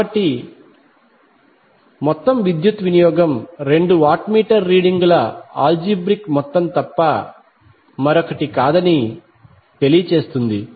కాబట్టి మొత్తం విద్యుత్ వినియోగం రెండు వాట్ మీటర్ రీడింగుల ఆల్జీబ్రిక్ మొత్తం తప్ప మరొకటి కాదని తెలియచేస్తుంది